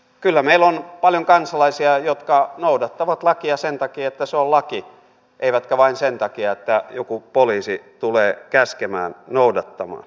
kyllä meillä on paljon kansalaisia jotka noudattavat lakia sen takia että se on laki eivätkä vain sen takia että joku poliisi tulee käskemään noudattamaan